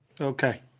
okay